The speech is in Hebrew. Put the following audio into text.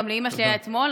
גם לאימא שלי היה אתמול.